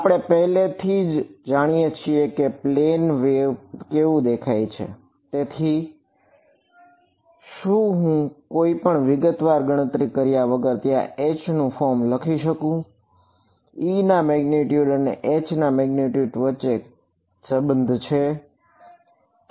આપણે પહેલેથી જ જાણીએ છીએ કે પ્લેન વેવ વચ્ચે સંબંધ છે બરાબર